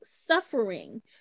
suffering